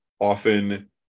often